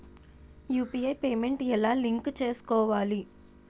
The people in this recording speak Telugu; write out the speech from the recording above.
యు.పి.ఐ పేమెంట్ ఎలా లింక్ చేసుకోవాలి?